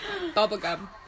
bubblegum